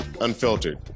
Unfiltered